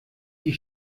die